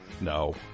No